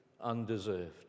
undeserved